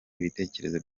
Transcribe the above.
ibitekerezo